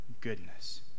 goodness